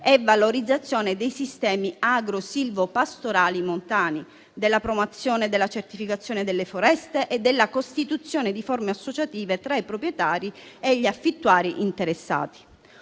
valorizzazione dei sistemi agrosilvopastorali montani, della promozione e della certificazione delle foreste e della costituzione di forme associative tra i proprietari e gli affittuari interessati.